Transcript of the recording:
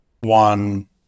one